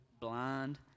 blind